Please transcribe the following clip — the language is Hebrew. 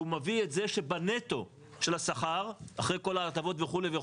הוא מביא את זה שבנטו של השכר אחרי כל ההטבות וכולי,